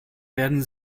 werden